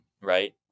right